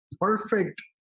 perfect